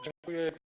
Dziękuję.